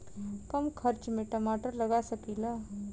कम खर्च में टमाटर लगा सकीला?